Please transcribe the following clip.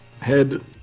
Head